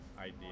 idea